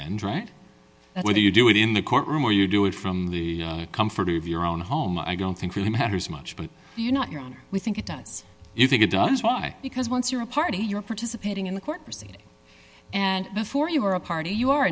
whether you do it in the courtroom or you do it from the comfort of your own home i don't think really matters much but you not your honor we think it does you think it does why because once you're a party you're participating in the court proceedings and before you are a party you are